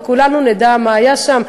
וכולנו נדע מה היה שם,